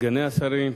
סגני השרים,